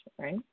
right